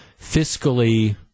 fiscally